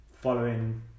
following